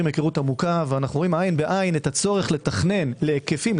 היכרות עמוקה ורואים עין בעין את הצורך לתכנן להיקפים,